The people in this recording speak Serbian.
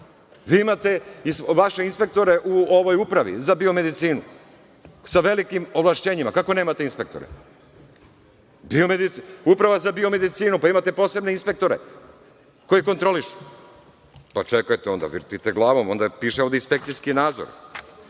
vi imate vaše inspektore u ovoj Upravi za biomedicinu, sa velikim ovlašćenjima. Kako nemate inspektore? Uprava za biomedicinu, pa imate posebne inspektore koji kontrolišu. Pa, čekajte onda, vrtite glavom, piše ovde inspekcijski nadzor.